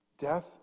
Death